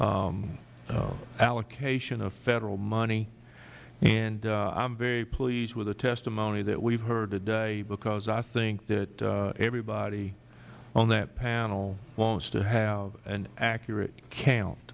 the allocation of federal money and i am very pleased with the testimony that we have heard today because i think that everybody on that panel wants to have an accurate count